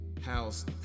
house